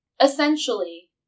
essentially